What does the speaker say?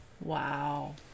Wow